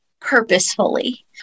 purposefully